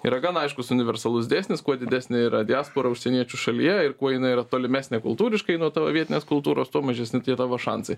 yra gan aiškus universalus dėsnis kuo didesnė yra diaspora užsieniečių šalyje ir kuo ji tolimesnė kultūriškai nuo tavo vietinės kultūros tuo mažesni tavo šansai